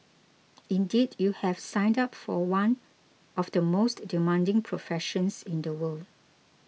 indeed you have signed up for one of the most demanding professions in the world